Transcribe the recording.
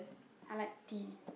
I like tea